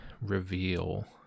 reveal